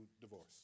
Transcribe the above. divorce